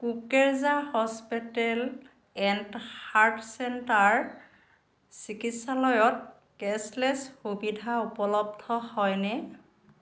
Kukreja hospital and heart centre চিকিৎসালয়ত cashless সুবিধা উপলব্ধ হয়নে